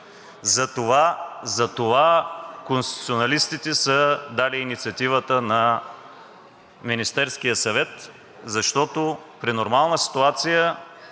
Затова конституционалистите са дали инициативата на Министерския съвет, защото при нормална ситуация